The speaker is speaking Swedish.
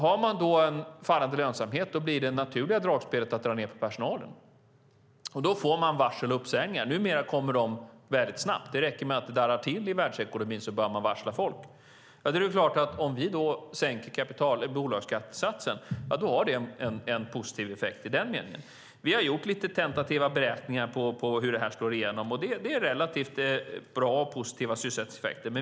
Har man en fallande lönsamhet blir det naturliga dragspelet att dra ned på personalen. Då får man varsel och uppsägningar. Numera kommer de väldigt snabbt. Det räcker med att det darrar till i världsekonomin så börjar man att varsla folk. Om vi då sänker bolagsskattesatsen har det en positiv effekt i den meningen. Vi har gjort lite tentativa beräkningar på hur det slår igenom. Det är relativt bra och positiva sysselsättningseffekter.